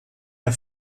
der